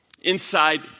inside